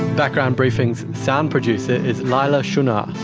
background briefing's sound producer is leila shunnar,